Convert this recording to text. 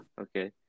okay